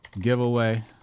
giveaway